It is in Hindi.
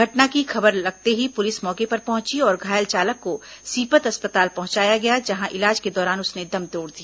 घटना की खबर लगते ही पुलिस मौके पर पहुंची और घायल चालक को सीपत अस्पताल पहुंचाया जहां इलाज के दौरान उसने दम तोड़ दिया